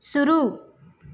शुरू